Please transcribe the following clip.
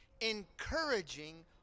encouraging